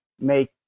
make